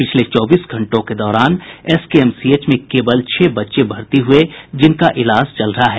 पिछले चौबीस घंटों के दौरान एसकेएमसीएच में केवल छह बच्चे भर्ती हुये जिनका इलाज चल रहा है